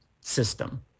system